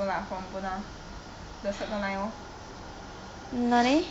no lah from buona vista circle line lor